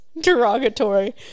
derogatory